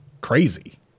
crazy